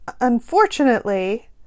unfortunately